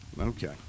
Okay